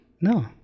No